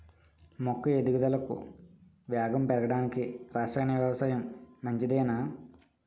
మొక్క ఎదుగుదలకు వేగంగా పెరగడానికి, రసాయన వ్యవసాయం మంచిదేనా?